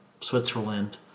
Switzerland